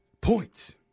Points